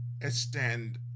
extend